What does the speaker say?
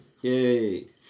Yay